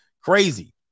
crazy